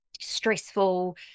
stressful